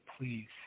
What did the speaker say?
please